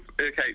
Okay